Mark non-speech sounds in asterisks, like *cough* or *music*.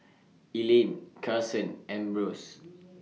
Elayne Karson and Ambrose *noise*